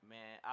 Man